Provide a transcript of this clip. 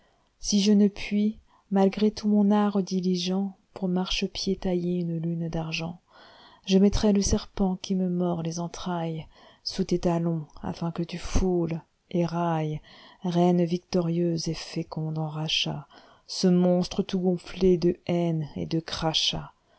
si je ne puis malgré tout mon art diligent pour marchepied tailler une lune d'argent je mettrai le serpent qui me mord les entraillessous tes talons afin que tu foules et railles reine victorieuse et féconde en rachats ce monstre tout gonflé de haine et de crachats